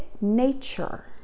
nature